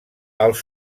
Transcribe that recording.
els